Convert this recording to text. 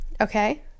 Okay